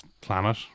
planet